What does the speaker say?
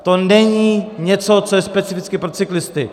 To není něco, co je specificky pro cyklisty.